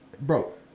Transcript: bro